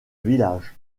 village